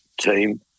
team